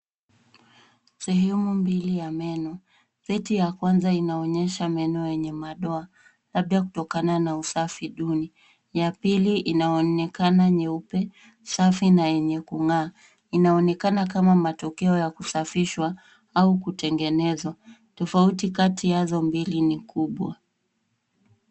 Sehemu mbili ya meno, seti ya kwanza inaonyesha meno yenye madoa labda kutokana na usafi duni, ya pili inaonekana nyeupe, safi na yenye kung'aa. Inaonekana kama matokeo ya kusafishwa au kutengenezwa, tofauti kati yazo ni kubwa.